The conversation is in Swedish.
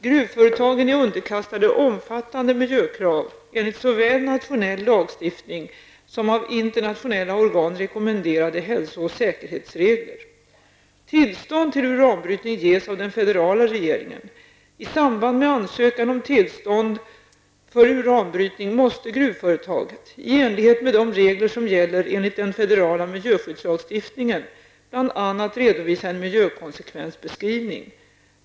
Gruvföretagen är underkastade omfattande miljökrav enligt såväl nationell lagstiftning som av internationella organ rekommenderade hälso och säkerhetsregler. Tillstånd till uranbrytning ges av den federala regeringen. I samband med ansökan om tillstånd för uranbrytning måste gruvföretaget, i enlighet med de regler som gäller enligt den federala miljöskyddslagstiftningen, bl.a. redovisa en miljökonsekvensbeskrivning.